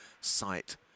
site